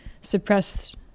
suppressed